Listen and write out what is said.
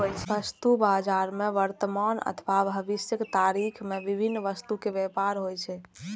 वस्तु बाजार मे वर्तमान अथवा भविष्यक तारीख मे विभिन्न वस्तुक व्यापार होइ छै